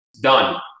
done